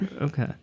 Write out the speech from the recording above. Okay